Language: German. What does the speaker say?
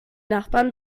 nachbarn